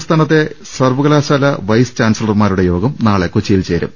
സംസ്ഥാനത്തെ സർവ്വകലാശാലാ വൈസ് ചാൻസലർമാ രുടെ യോഗം നാളെ കൊച്ചിയിൽ ചേരും